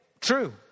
true